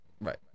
Right